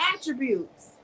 attributes